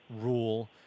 rule